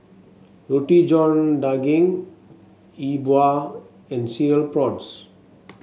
Roti John Daging Yi Bua and Cereal Prawns